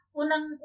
unang